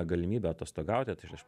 galimybę atostogauti tai aš